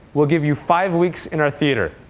we'll give you five weeks in our theater.